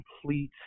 complete